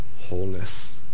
wholeness